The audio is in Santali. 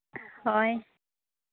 ᱦᱳᱭ